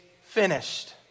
finished